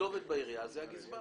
הכתובת בעירייה היא הגזבר.